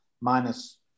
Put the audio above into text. minus